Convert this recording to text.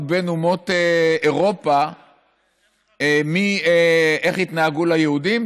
בין אומות אירופה איך התנהגו ליהודים.